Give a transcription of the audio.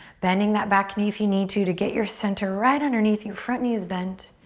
bending that back knee if you need to, to get your center right underneath you, front knee is bent.